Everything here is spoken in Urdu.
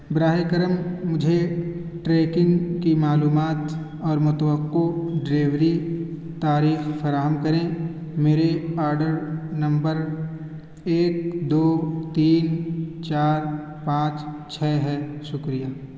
براہ کرم مجھے ٹریکنگ کی معلومات اور متوقع ڈیلیوری تاریخ فراہم کریں میرے آڈر نمبر ایک دو تین چار پانچ چھ ہے شکریہ